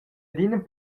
adina